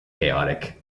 chaotic